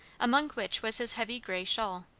among which was his heavy gray shawl.